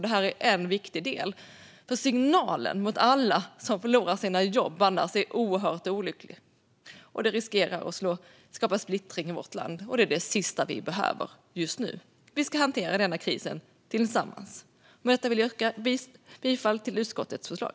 Det är viktigt, för signalen till alla som förlorar sina jobb blir annars oerhört olycklig och riskerar att skapa splittring i vårt land, och det är det sista vi behöver just nu. Vi ska hantera den här krisen tillsammans. Med detta vill jag yrka bifall till utskottets förslag.